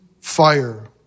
fire